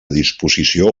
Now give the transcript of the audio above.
disposició